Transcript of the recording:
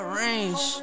range